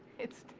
it's